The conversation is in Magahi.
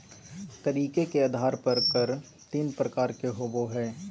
तरीके के आधार पर कर तीन प्रकार के होबो हइ